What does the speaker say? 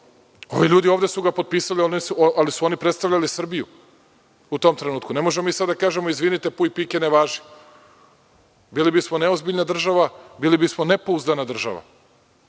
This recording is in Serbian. ovi ljudi ovde su ga potpisali, ali oni predstavljaju Srbiju u tom trenutku. Ne možemo sa dea da kažemo – izvinite, puj pike ne važi. Bili bismo neozbiljna država, bili bismo nepouzdana država